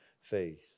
faith